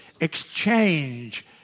exchange